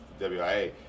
WIA